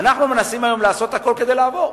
אנחנו מנסים לעשות הכול כדי לעבור.